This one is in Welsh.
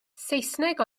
saesneg